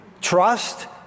trust